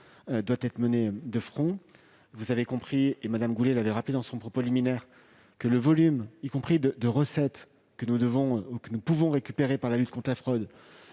doit être menée de front. Vous avez compris, et Mme Goulet l'a rappelé dans son propos liminaire, que le volume de recettes que nous pouvons récupérer par la lutte contre la fraude